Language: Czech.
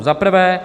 Za prvé.